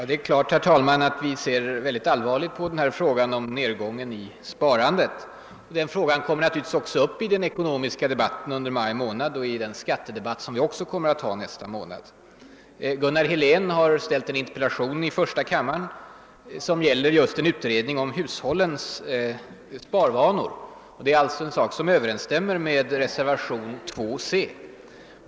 Herr talman! Det är klart att vi alla ser mycket allvarligt på frågan om nedgången i sparandet. Den frågan kommer sökert också att tas upp både i den ekonomiska debatten i maj och i den skattedebatt som vi skall ha i nästa månad. Gunnar Helén har ställt en interpellation i första kammaren som gäller just en utredning om hushållens sparvanor. Denna interpellation överensstämmer alltså med reservationen II mom. c.